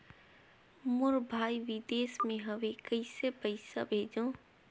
मोर भाई विदेश मे हवे कइसे पईसा भेजो?